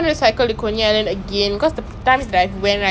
that's what no I mean like முதலை இங்கே போவோம் muthalei inge povom lah